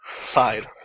side